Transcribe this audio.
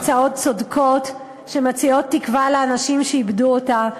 בהצעות צודקות, שמציעות תקווה לאנשים שאיבדו אותה.